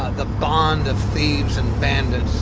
the bond of thieves and bandits,